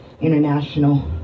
International